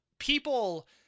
People